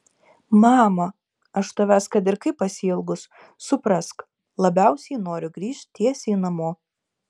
mama aš tavęs kad ir kaip pasiilgus suprask labiausiai noriu grįžt tiesiai namo